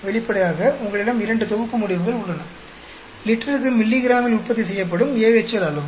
வெளிப்படையாக உங்களிடம் இரண்டு தொகுப்பு முடிவுகள் உள்ளன லிட்டருக்கு மில்லிகிராமில் உற்பத்தி செய்யப்படும் AHL அளவு